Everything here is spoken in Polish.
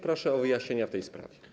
Proszę o wyjaśnienia w tej sprawie.